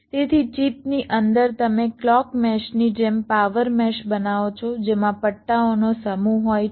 તેથી ચિપની અંદર તમે ક્લૉક મેશની જેમ પાવર મેશ બનાવો છો જેમાં પટ્ટાઓનો સમૂહ હોય છે